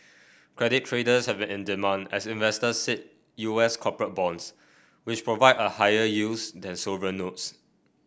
credit traders have in demand as investors seek U S corporate bonds which provide higher yields than sovereign notes